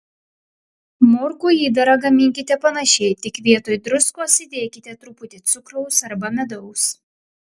morkų įdarą gaminkite panašiai tik vietoj druskos įdėkite truputį cukraus arba medaus